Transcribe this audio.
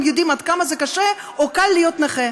הם יודעים עד כמה זה קשה או קל להיות נכה.